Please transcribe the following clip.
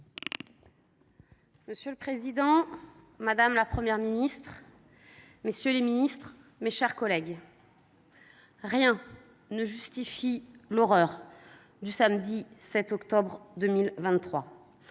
Monsieur le président, madame la Première ministre, messieurs les ministres, mes chers collègues, rien ne justifie l’horreur du samedi 7 octobre 2023.